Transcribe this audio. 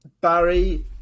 Barry